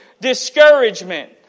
discouragement